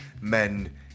men